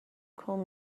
called